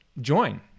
join